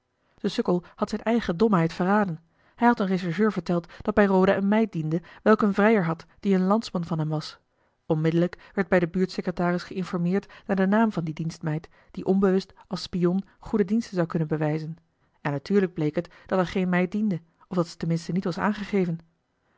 de sukkel had zijn eigen domheid verraden hij had een rechercheur verteld dat bij roda eene meid diende welke een vrijer had die een landsman van hem was onmiddellijk werd bij den buurt secretaris geïnformeerd naar den naam van die dienstmeid die onbewust als spion goede diensten zou kunnen bewijzen en natuurlijk bleek het dat er geen meid diende of dat ze tenminste niet was aangegeven